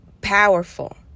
powerful